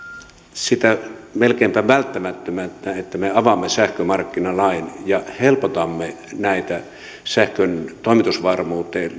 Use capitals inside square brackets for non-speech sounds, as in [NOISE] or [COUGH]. sitä melkeinpä välttämättömänä että me avaamme sähkömarkkinalain ja helpotamme näitä sähkön toimitusvarmuuteen [UNINTELLIGIBLE]